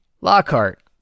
Lockhart